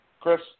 Chris